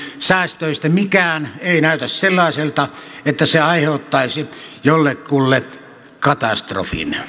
säästöistä mikään ei näytä sellaiselta että se aiheuttaisi jollekulle katastrofin